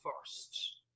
first